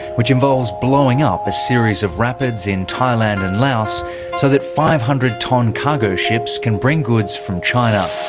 which involves blowing up a series of rapids in thailand and laos so that five hundred tonne cargo ships can bring goods from china.